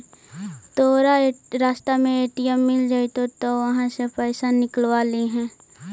तोरा रास्ता में ए.टी.एम मिलऽ जतउ त उहाँ से पइसा निकलव लिहे